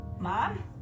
Mom